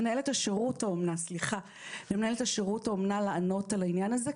למנהלת שירות האומנה לענות על העניין הזה,